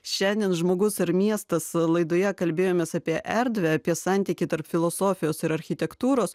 šiandien žmogus ar miestas laidoje kalbėjomės apie erdvę apie santykį tarp filosofijos ir architektūros